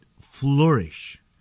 flourish